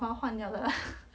我要换掉了